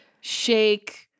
shake